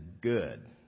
good